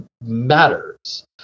matters